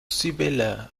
sibylle